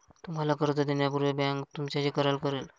तुम्हाला कर्ज देण्यापूर्वी बँक तुमच्याशी करार करेल